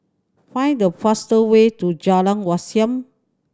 find the fastest way to Jalan Wat Siam